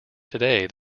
today